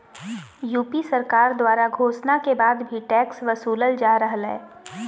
UP सरकार द्वारा घोषणा के बाद भी टैक्स वसूलल जा रहलय